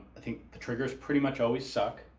i think the triggers pretty much always suck.